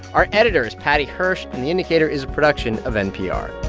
our editor is paddy hirsch, and the indicator is a production of npr